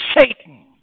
Satan